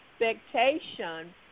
expectation